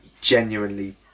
genuinely